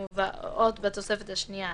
המובאות בתוספות השנייה,